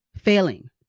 failing